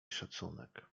szacunek